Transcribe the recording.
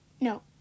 No